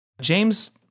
James